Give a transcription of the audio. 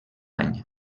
any